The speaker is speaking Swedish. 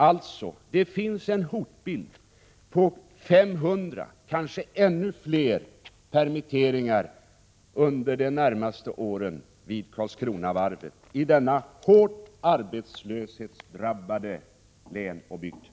Det finns alltså en hotbild avseende 500, kanske ännu fler, permitteringar under de närmaste åren vid Karlskronavarvet, i ett län och en bygd som länge drabbats hårt av arbetslöshet.